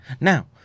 Now